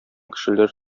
кешеләр